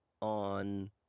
on